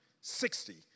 sixty